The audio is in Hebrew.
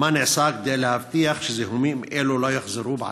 3. מה נעשה כדי להבטיח שזיהומים אלו לא יחזרו בעתיד?